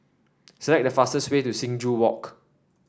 select the fastest way to Sing Joo Walk